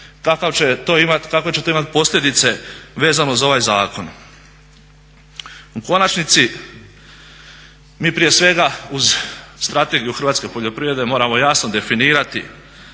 kakve će to imati posljedice vezano za ovaj zakon. U konačnici mi prije svega uz Strategiju hrvatske poljoprivrede moramo jasno definirati